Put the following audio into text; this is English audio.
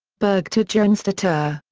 birgitta jonsdottir,